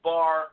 Bar